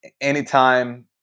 anytime